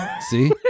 See